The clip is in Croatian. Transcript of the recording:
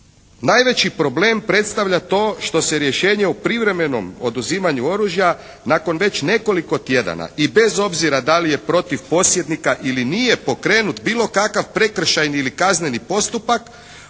najveći problem predstavlja to što se rješenje o privremenom oduzimanju oružja nakon već nekoliko tjedana i bez obzira da li je protiv posjednika ili nije pokrenut bilo kakav prekršajni ili kazneni postupak